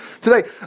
today